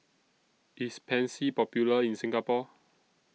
IS Pansy Popular in Singapore